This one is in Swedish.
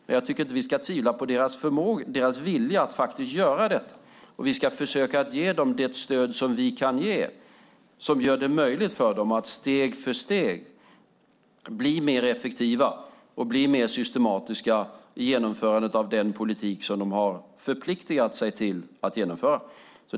Men jag tycker inte att vi ska tvivla på deras vilja att faktiskt göra detta, och vi ska försöka ge dem det stöd som vi kan ge, som gör det möjligt för dem att steg för steg bli mer effektiva och systematiska i genomförandet av den politik som de har förpliktat sig att genomföra.